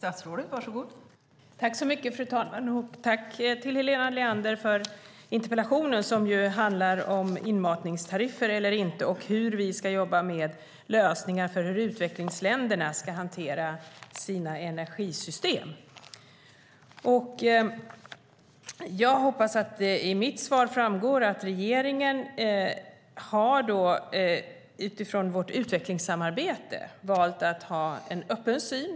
Fru talman! Tack, Helena Leander, för interpellationen, som handlar om inmatningstariffer eller inte och hur vi ska jobba med lösningar när det gäller hur utvecklingsländerna ska hantera sina energisystem! Jag hoppas att det i mitt svar framgår att vi i regeringen, utifrån vårt utvecklingssamarbete, har valt att ha en öppen syn.